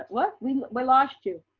ah what, we we lost you.